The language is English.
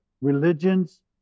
religions